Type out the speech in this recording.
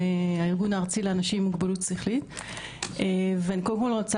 הארגון הארצי לאנשים עם מוגבלות שכלית ואני קודם כל רוצה